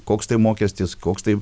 koks tai mokestis koks tai